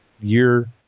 year